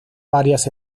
varias